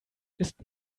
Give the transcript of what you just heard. ist